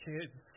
kids